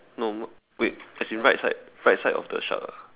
no more wait as in right side of the shop ah